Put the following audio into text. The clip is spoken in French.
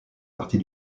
partie